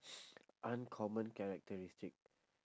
uncommon characteristic